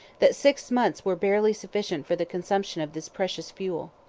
that six months were barely sufficient for the consumption of this precious fuel.